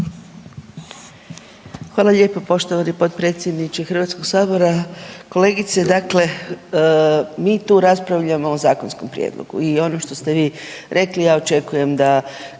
Hvala lijepo poštovani potpredsjedniče HS. Kolegice, dakle mi tu raspravljamo o zakonskom prijedlogu i ono što ste vi rekli ja očekujem da